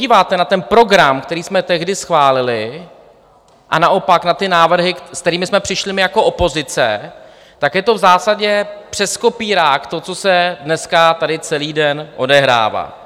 Když se podíváte na ten program, který jsme tehdy schválili, a naopak na ty návrhy, se kterými jsme přišli my jako opozice, tak je to v zásadě přes kopírák to, co se dneska tady celý den odehrává.